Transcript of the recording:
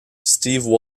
steve